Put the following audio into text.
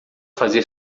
fazer